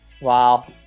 Wow